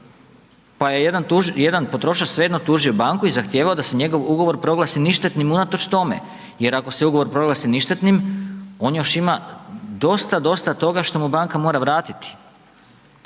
pa jedan potrošač svejedno tužio banku i zahtijevao da se njegov ugovor proglasi ništetnim unatoč tome jer ako se ugovor proglasi ništetnim, on još ima dosta, dosta što mu banka mora vratiti